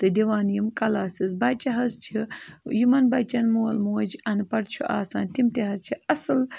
تہٕ دِوان یِم کَلاسٕز بَچہِ حظ چھِ یِمَن بَچَن مول موج اَنپَڑھ چھُ آسان تِم تہِ حظ چھِ اصٕل